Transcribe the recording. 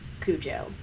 Cujo